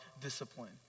discipline